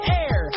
air